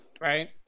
Right